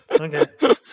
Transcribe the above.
Okay